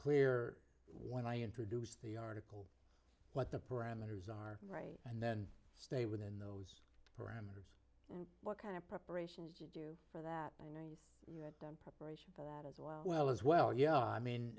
clear when i introduce the article what the parameters are right and then stay within those parameters what kind of preparations you do for that you know you might as well as well yeah i mean